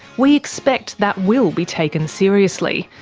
we expect that will be taken seriously.